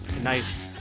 Nice